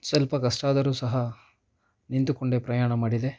ಸ್ವಲ್ಪ ಕಷ್ಟ ಆದರೂ ಸಹ ನಿಂತುಕೊಂಡೇ ಪ್ರಯಾಣ ಮಾಡಿದೆ